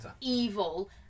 evil